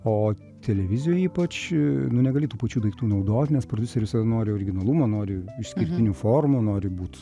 o televizijoj ypač negali tų pačių daiktų naudot nes prodiuseris nori originalumo nori išskirtinių formų nori būt